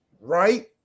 right